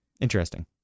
Interesting